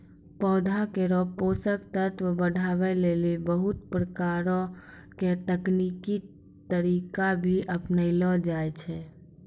पौधा केरो पोषक तत्व बढ़ावै लेलि बहुत प्रकारो के तकनीकी तरीका भी अपनैलो जाय छै